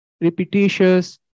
repetitious